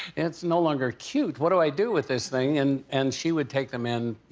it's no longer cute. what do i do with this thing? and and she would take them in, you